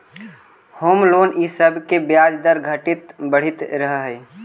home loan इ सब के ब्याज दर घटित बढ़ित रहऽ हई